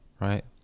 right